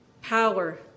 power